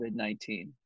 COVID-19